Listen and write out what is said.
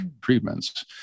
treatments